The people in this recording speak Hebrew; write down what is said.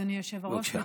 אדוני היושב-ראש,